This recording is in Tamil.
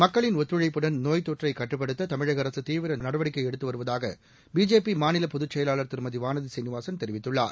மக்களின் ஒத்துழைப்புடன் நோய் தொற்றை கட்டுப்படுத்த தமிழக அரசு தீவிர நடவடிக்கை எடுத்து வருவதாக பிஜேபி மாநில பொதுச்செயலாளர் திருமதி வானதி சீனிவாசன் தெரிவித்துள்ளார்